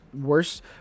worse